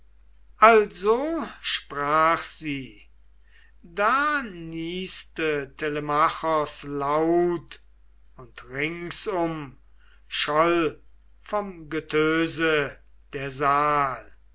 also sprach sie da nieste telemachos laut und ringsum scholl vom getöse der saal